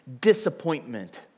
disappointment